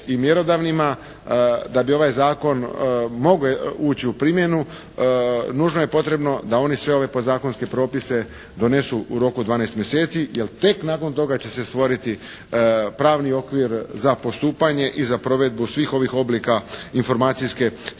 i mjerodavnima da bi ovaj zakon mogao ući u primjenu nužno je potrebno da oni sve ove podzakonske propise donesu u roku od 12 mjeseci jer tek nakon toga će se stvoriti pravni okvir za postupanje i za provedbu svih ovih oblika informacijske